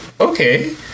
okay